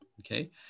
Okay